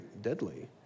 deadly